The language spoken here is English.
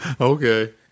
Okay